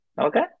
Okay